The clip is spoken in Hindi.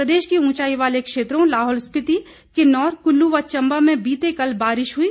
प्रदेश के उंचाई वाले क्षेत्रों लाहौल स्पिति किन्नौर कल्लू व चंबा में बीते कल बारिश हुई